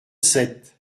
sept